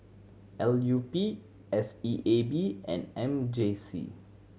L U P S E A B and M J C